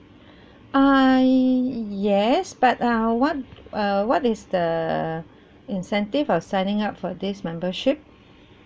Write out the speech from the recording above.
ah yes but uh what err what is the incentive of signing up for this membership